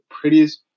prettiest